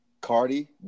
Cardi